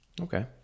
Okay